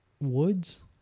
Woods